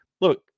look